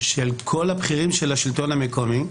של כל הבכירים של השלטון המקומי,